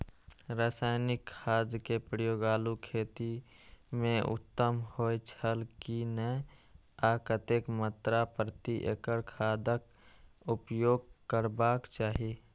रासायनिक खाद के प्रयोग आलू खेती में उत्तम होय छल की नेय आ कतेक मात्रा प्रति एकड़ खादक उपयोग करबाक चाहि?